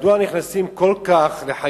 כמו שאמרה חברת הכנסת, מדוע נכנסים כל כך לחייהם